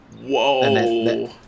Whoa